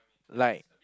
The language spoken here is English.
like